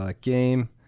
game